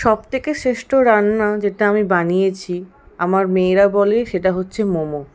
সব থেকে শ্রেষ্ঠ রান্না যেটা আমি বানিয়েছি আমার মেয়েরা বলে সেটা হচ্ছে মোমো